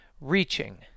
reaching